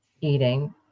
eating